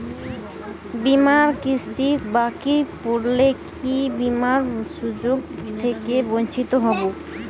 বিমার কিস্তি বাকি পড়লে কি বিমার সুযোগ থেকে বঞ্চিত হবো?